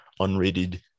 unrated